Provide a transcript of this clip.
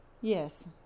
Yes